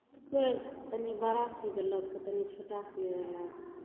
तऽ कोइ तनी बड़ा सी देलक कोइ तनी छोटा सी देलक